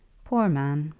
poor man!